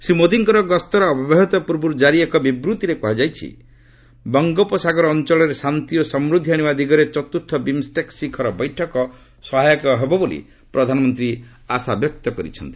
ଶ୍ରୀ ମୋଦିଙ୍କର ଗସ୍ତର ଅବ୍ୟବହିତ ପୂର୍ବରୁ ଜାରି ଏକ ବିବୃତିରେ କୁହାଯାଇଛି ବଙ୍ଗୋପସାଗର ଅଞ୍ଚଳରେ ଶାନ୍ତି ଓ ସମୃଦ୍ଧି ଆଶିବା ଦିଗରେ ଚତୁର୍ଥ ବିମ୍ଷ୍ଟେକ୍ ଶିଖର ବୈଠକ ସହାୟକ ହେବ ବୋଲି ପ୍ରଧାନମନ୍ତ୍ରୀ ଆଶାବ୍ୟକ୍ତ କରିଛନ୍ତି